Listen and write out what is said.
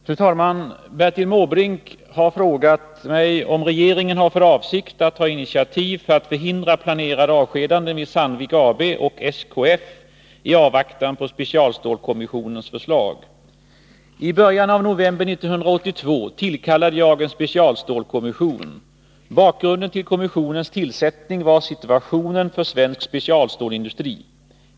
Fru talman! Bertil Måbrink har frågat mig om regeringen har för avsikt att ta initiativ för att förhindra planerade avskedanden vid Sandvik AB och SKF i avvaktan på specialstålskommissionens förslag. I början av november 1982 tillkallade jag en specialstålskommission. Bakgrunden till kommissionens tillsättning var situationen för svensk specialstålsindustri.